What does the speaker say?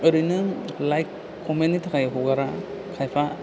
ओरैनो लाइक कमेन्थनि थाखाय हगारा खायफा